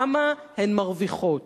כמה הן מרוויחות?